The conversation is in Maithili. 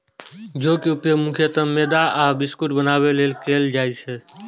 जौ के उपयोग मुख्यतः मैदा आ बिस्कुट बनाबै लेल कैल जाइ छै